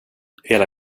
hela